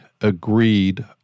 agreed